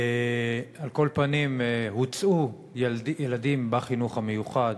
על כל פנים, הוצאו ילדים בחינוך המיוחד